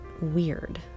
weird